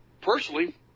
Personally